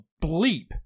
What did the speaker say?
bleep